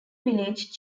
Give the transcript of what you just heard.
village